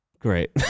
great